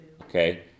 okay